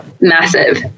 Massive